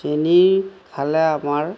চেনী খালে আমাৰ